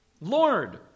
Lord